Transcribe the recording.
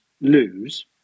lose